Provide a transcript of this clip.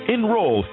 Enroll